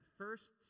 first